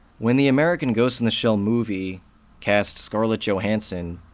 when the american ghost in the shell movie cast scarlett johansson,